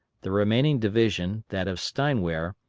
the remaining division, that of steinwehr,